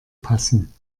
passen